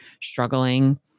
struggling